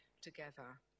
together